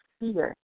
fear